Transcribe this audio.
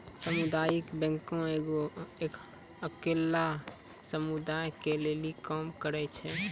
समुदायिक बैंक एगो अकेल्ला समुदाय के लेली काम करै छै